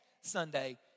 Sunday